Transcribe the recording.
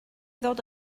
ddod